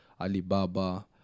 Alibaba